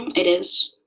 it is.